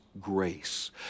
grace